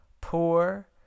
poor